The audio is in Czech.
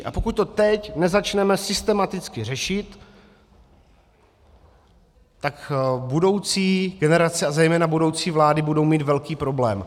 A pokud to teď nezačneme systematicky řešit, tak budoucí generace a zejména budoucí vlády budou mít velký problém.